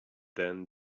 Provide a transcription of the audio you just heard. then